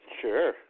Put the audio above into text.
Sure